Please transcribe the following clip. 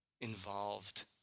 involved